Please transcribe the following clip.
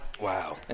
Wow